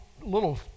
little